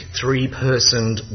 three-personed